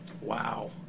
Wow